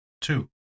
two